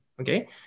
okay